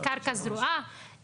לקרקע זרועה,